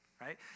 right